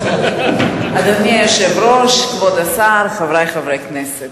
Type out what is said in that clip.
אדוני היושב-ראש, כבוד השר, חברי חברי הכנסת,